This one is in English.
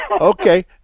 Okay